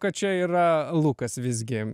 kad čia yra lukas visgi